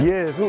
Yes